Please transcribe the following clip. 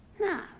No